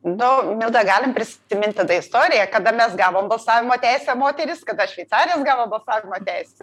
nu tada galim prisiminti tą istoriją kada mes gavom balsavimo teisę moterys kada šveicarės gavo balsavimo teisę